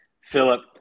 Philip